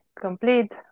complete